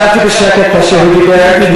ישבתי בשקט פה כשהוא דיבר.